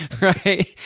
right